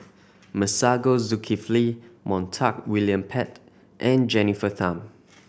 Masagos Zulkifli Montague William Pett and Jennifer Tham